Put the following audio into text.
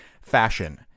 fashion